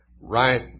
right